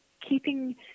keeping